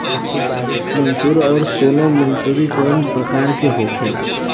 मंसूरी और सोनम मंसूरी कैसन प्रकार होखे ला?